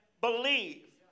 believe